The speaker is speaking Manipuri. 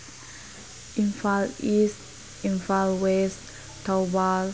Imphal is Imphal was Thoubal